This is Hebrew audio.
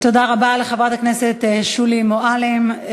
תודה רבה לחברת הכנסת שולי מועלם.